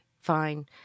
fine